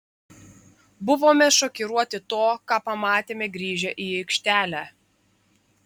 buvome šokiruoti to ką pamatėme grįžę į aikštelę